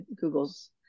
Google's